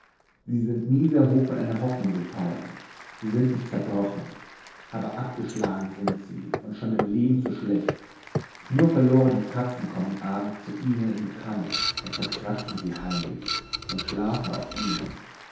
sie sind nie sehr hoch von einer hoffnung gefallen so sind sie nicht zerbrochen aber abgeschlagen sind sie und schon dem leben zu schlecht nur verlorene katzen kommen abends zu ihnen in die kammer und zerkratzen sie heimlich und schlafen auf ihnen